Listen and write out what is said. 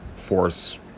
force